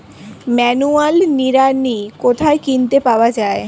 Manual নিড়ানি কোথায় কিনতে পাওয়া যায়?